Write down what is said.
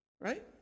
Right